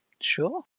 sure